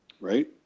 right